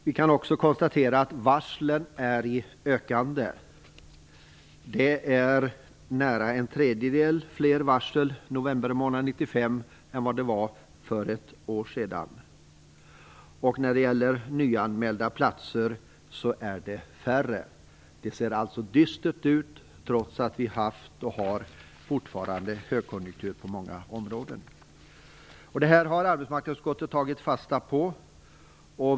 Vi kan också konstatera att varslen ökar. Det är nära en tredjedel fler varsel i november månad 1995 än vad det var för ett år sedan. De nyanmälda platserna är färre. Det ser alltså dystert ut trots att vi haft, och fortfarande har, högkonjunktur på många områden. Det här har arbetsmarknadsutskottet tagit fasta på.